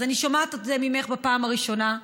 אז אני שומעת את זה ממך בפעם הראשונה.